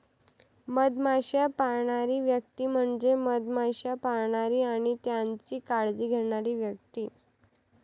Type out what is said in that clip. मधमाश्या पाळणारी व्यक्ती म्हणजे मधमाश्या पाळणारी आणि त्यांची काळजी घेणारी व्यक्ती